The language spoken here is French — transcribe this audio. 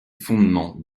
fondements